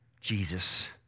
Jesus